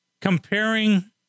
comparing